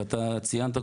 ואתה ציינת,